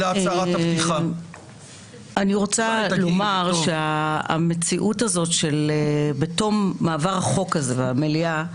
אני רוצה לומר שהמציאות הזאת של בתום מעבר החוק הזה במליאה,